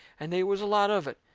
and they was a lot of it,